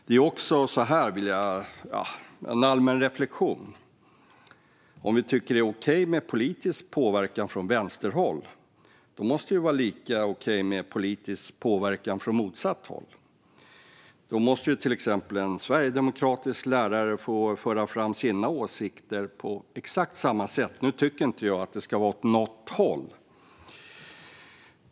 Jag har även en allmän reflektion. Om vi tycker att det är okej med politisk påverkan från vänsterhåll måste det vara lika okej med politisk påverkan från motsatt håll. Då måste till exempel en sverigedemokratisk lärare få föra fram sina åsikter på exakt samma sätt. Men jag tycker inte att det ska vara så åt något håll.